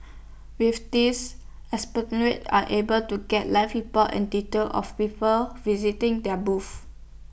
with this are able to get live report and detail of people visiting their booths